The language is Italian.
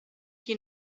chi